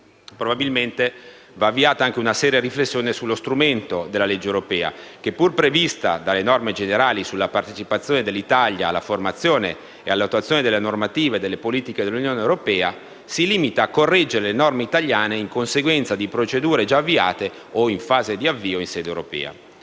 Probabilmente va avviata una seria riflessione sullo strumento della legge europea, che pur prevista dalle norme generali sulla partecipazione dell'Italia alla formazione e all'attuazione della normativa e delle politiche dell'Unione europea, si limita a correggere le norme italiane in conseguenza di procedure già avviate o in fase di avvio in sede europea.